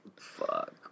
Fuck